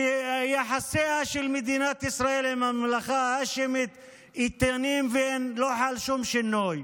שיחסיה של מדינת ישראל עם הממלכה ההאשמית איתנים ולא חל שום שינוי.